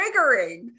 triggering